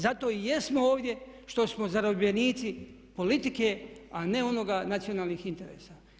Zato i jesmo ovdje što smo zarobljenici politike a ne onoga, nacionalnih interesa.